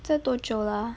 这多久了阿